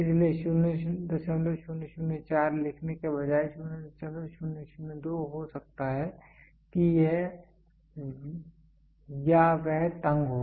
इसलिए 0004 लिखने के बजाय 0002 हो सकता है कि यह या वह तंग हो